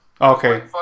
Okay